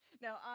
no